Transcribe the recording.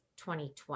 2020